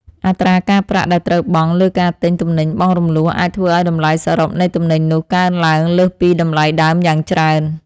អត្រាការប្រាក់ដែលត្រូវបង់លើការទិញទំនិញបង់រំលស់អាចធ្វើឱ្យតម្លៃសរុបនៃទំនិញនោះកើនឡើងលើសពីតម្លៃដើមយ៉ាងច្រើន។